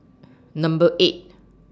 Number eight